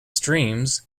streams